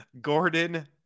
Gordon